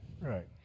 Right